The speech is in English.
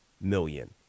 million